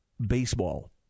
baseball